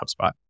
HubSpot